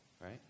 right